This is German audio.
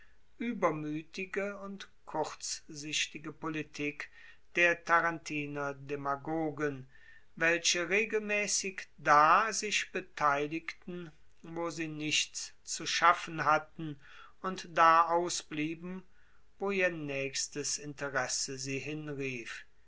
uebermuetige und kurzsichtige politik der tarentiner demagogen welche regelmaessig da sich beteiligten wo sie nichts zu schaffen hatten und da ausblieben wo ihr naechstes interesse sie hinrief